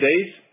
days